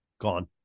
gone